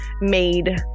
made